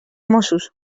mossos